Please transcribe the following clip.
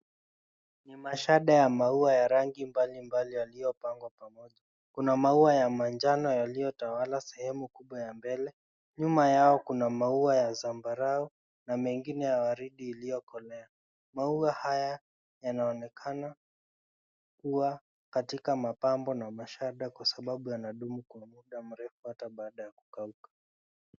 Ni mashada ya maua yaliyopangwa ya rangi mbalimbali yaliyopangwa pamoja . Kuna maua ya manjano yaliyotawala sehemu kubwa ya mbele. Nyuma yao kuna maua ya zambarau na mengine ya waridi iliyokolea. Maua haya yanaonekana kuwa katika mapambo na mashada kwa sababu ya nadumu kwa muda mrefu hata baada ya kukauka.